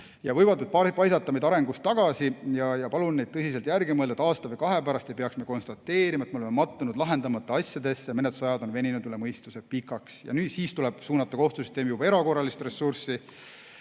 võivad paisata meid arengus tagasi ja ma palun teid tõsiselt järele mõelda, et aasta või kahe pärast ei peaks konstateerima, et me oleme mattunud lahendamata asjadesse ja menetlusajad on veninud üle mõistuse pikaks. Siis tuleb kohtusüsteemi suunata juba erakorralist ressurssi